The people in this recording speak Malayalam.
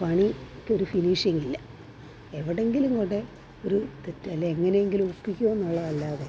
പണിക്കൊരു ഫിനീഷിങ്ങില്ല എവിടെങ്കിലും കൊണ്ട് ഒരു തെറ്റ് അല്ലേ എങ്ങനെയെങ്കിലും ഒപ്പിക്കൂന്നുള്ളതല്ലാതെ